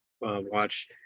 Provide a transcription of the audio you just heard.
watch